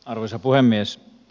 arvoisa puhemies